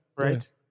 right